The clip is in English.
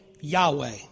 Yahweh